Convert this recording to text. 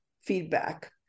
feedback